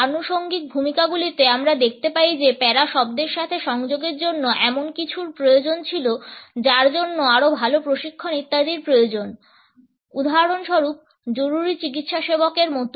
আনুষঙ্গিক ভূমিকাগুলিতে আমরা দেখতে পাই যে প্যারা শব্দের সাথে সংযোগের জন্য এমন কিছুর প্রয়োজন ছিল যার জন্য আরও ভাল প্রশিক্ষণ ইত্যাদির প্রয়োজন উদাহরণস্বরূপ জরুরি চিকিৎসাসেবকের মতো